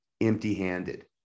empty-handed